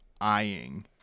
eyeing